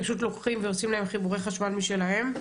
פשוט לוקחים ועושים להם חיבורי חשמל משלהם,